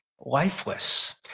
lifeless